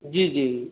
जी जी